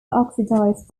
oxidized